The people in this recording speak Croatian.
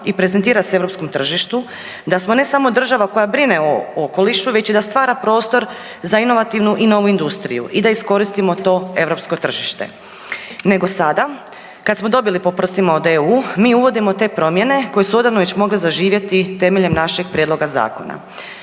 i prezentira se europskom tržištu da smo ne samo država koja brine o okolišu već i da stvara prostor za inovativnu i novu industriju i da iskoristimo to europsko tržište. Nego sada kad smo dobili po prstima od EU mi uvodimo te promjene koje su odavno mogle već zaživjeti temeljem našeg prijedloga zakona.